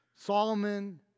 Solomon